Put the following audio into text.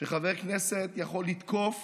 שחבר כנסת יכול לתקוף